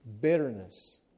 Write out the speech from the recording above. bitterness